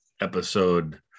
episode